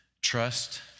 trust